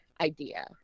idea